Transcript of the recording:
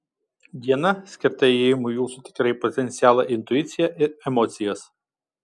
diena skirta įėjimui į jūsų tikrąjį potencialą intuiciją ir emocijas